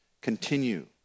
Continue